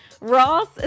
Ross